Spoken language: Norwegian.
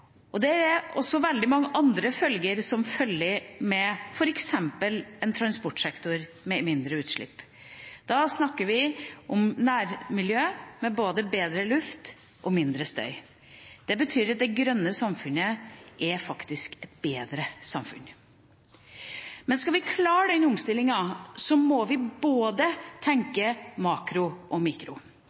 Norge. Det er også veldig mye annet som følger med f.eks. en transportsektor med mindre utslipp. Da snakker vi om nærmiljø med både bedre luft og mindre støy. Det betyr at det grønne samfunnet faktisk er et bedre samfunn. Men skal vi klare den omstillingen, må vi tenke både makro og mikro.